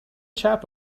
chap